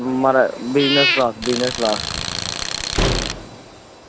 म्हाराज business class business class